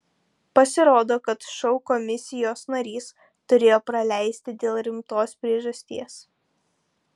pasirodo kad šou komisijos narys turėjo praleisti dėl rimtos priežasties